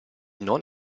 non